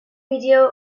video